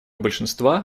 большинства